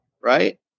right